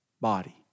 body